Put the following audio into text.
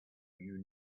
you